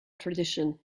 tradition